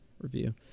review